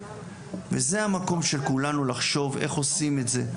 וזה המקום של כולנו לחשוב איך עושים את זה,